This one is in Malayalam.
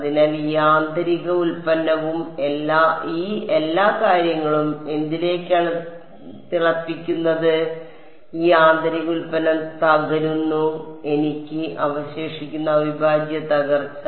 അതിനാൽ ഈ ആന്തരിക ഉൽപ്പന്നവും ഈ എല്ലാ കാര്യങ്ങളും എന്തിലേക്കാണ് തിളപ്പിക്കുന്നത് ഈ ആന്തരിക ഉൽപ്പന്നം തകരുന്നു എനിക്ക് അവശേഷിക്കുന്ന അവിഭാജ്യ തകർച്ച